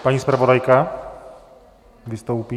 Paní zpravodajka vystoupí.